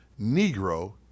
Negro